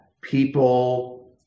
people